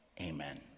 Amen